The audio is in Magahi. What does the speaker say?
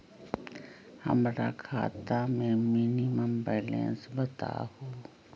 हमरा खाता में मिनिमम बैलेंस बताहु?